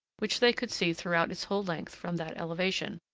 which they could see throughout its whole length from that elevation,